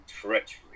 treachery